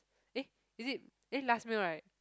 eh is it eh last meal right